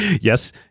yes